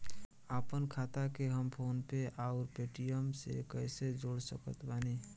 आपनखाता के हम फोनपे आउर पेटीएम से कैसे जोड़ सकत बानी?